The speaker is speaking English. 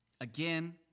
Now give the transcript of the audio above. again